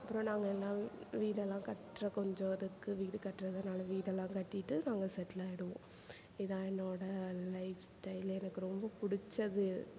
அப்றம் நாங்கள் எல்லாம் வீடெல்லாம் கட்டுற கொஞ்சம் அதுக்கு வீடு கட்டுறதுனால வீடெல்லாம் கட்டிவிட்டு நாங்கள் செட்டில் ஆகிடுவோம் இதான் என்னோடய லைஃப் ஸ்டைல் எனக்கு ரொம்ப பிடிச்சது